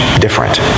different